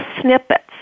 snippets